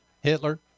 Hitler